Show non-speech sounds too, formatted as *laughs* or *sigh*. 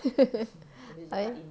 *laughs* why